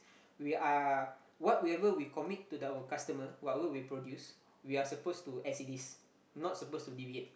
we are whatever we commit to the our customer whatever we produce we are supposed to as it is not supposed to deviate